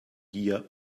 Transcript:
gier